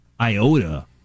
iota